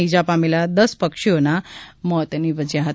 ઇજા પામેલા દસ પક્ષીઓના મોત નિપજ્યાં હતા